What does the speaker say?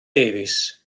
davies